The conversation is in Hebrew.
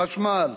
חשמל,